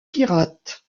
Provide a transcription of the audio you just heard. pirates